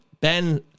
Ben